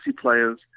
players